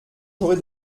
j’aurai